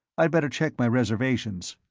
i'd better check my reservations.